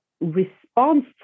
response